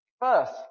first